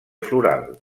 floral